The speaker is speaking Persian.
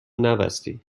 نبستی